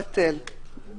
אחרי המילים: "ביטול ההכרזה על